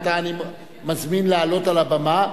שאותה אני מזמין לעלות הבמה.